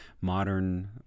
modern